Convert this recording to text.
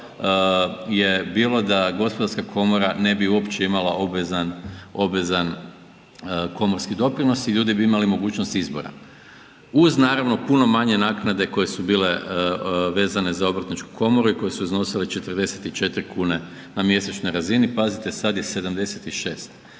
je bilo da gospodarska komora ne bi uopće imala obvezan komorski doprinos i ljudi bi imali mogućnost izbora uz naravno puno manje naknade koje su bile vezane za obrtničku komoru i koje su iznosile 44 kune na mjesečnoj razini, pazite, sad je 76.